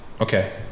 okay